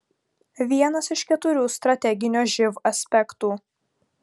vienas iš keturių strateginio živ aspektų